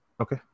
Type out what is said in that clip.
Okay